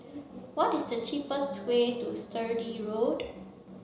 what is the cheapest way to Sturdee Road